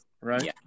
Right